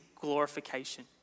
glorification